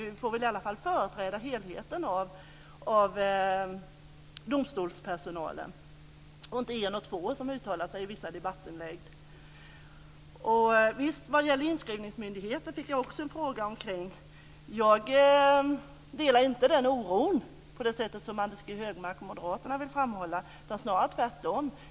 Vi får väl i alla fall låta helheten av domstolarna företräda och inte de två som uttalat sig i vissa debattinlägg. Om inskrivningsmyndigheterna fick jag också en fråga. Jag delar inte den oro som Anders G Högmark och moderaterna vill framhålla, snarare tvärtom.